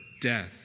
death